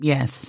Yes